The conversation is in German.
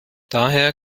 daher